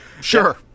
Sure